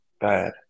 bad